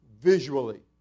visually